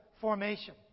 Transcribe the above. Formation